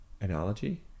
analogy